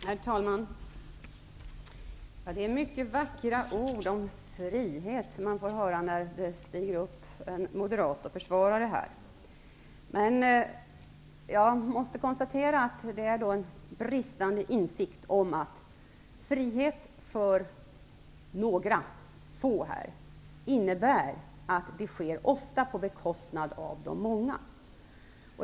Herr talman! Det är många vackra ord om frihet man får höra när det stiger upp en moderat och försvarar de fristående skolorna. Men jag måste konstatera att det visar en bristande insikt om att frihet för några få ofta sker på bekostnad av de många.